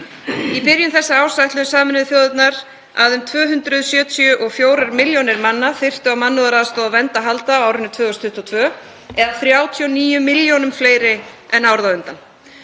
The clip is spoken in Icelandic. Í byrjun þessa árs áætluðu Sameinuðu þjóðirnar að um 274 milljónir manna þyrftu á mannúðaraðstoð og vernd að halda á árinu 2022, eða 39 milljónum fleiri en árið á undan.